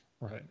Right